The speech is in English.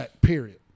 Period